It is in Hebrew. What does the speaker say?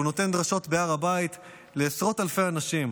שנותן דרשות בהר הבית לעשרות אלפי אנשים,